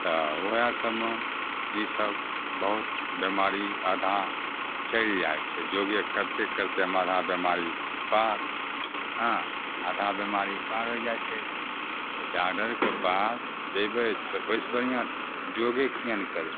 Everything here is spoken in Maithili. तऽ वएह सबमे ईसब बहुत बेमारी आधा चलि जाइ छै योगे करते करतेमे आधा बेमारी पार हँ आधा बेमारी पार हो जाइ छै तऽ डॉक्डरके पास जैबै तऽ ओहिसे बढ़िऑं योगे किए नहि करबै